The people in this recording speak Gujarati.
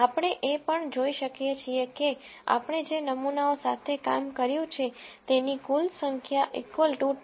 આપણે એ પણ જોઈ શકીએ છીએ કે આપણે જે નમૂનાઓ સાથે કામ કર્યું છે તેની કુલ સંખ્યા ટી